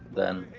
then,